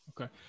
Okay